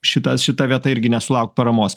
šita šita vieta irgi nesulaukt paramos